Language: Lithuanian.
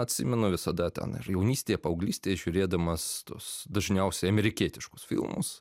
atsimenu visada ten ir jaunystėje paauglystėj žiūrėdamas tuos dažniausiai amerikietiškus filmus